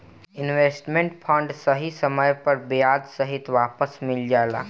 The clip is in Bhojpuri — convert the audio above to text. इन्वेस्टमेंट फंड सही समय पर ब्याज सहित वापस मिल जाला